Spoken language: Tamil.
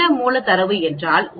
என்ன மூல தரவு என்றால்